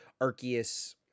Arceus